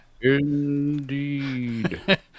Indeed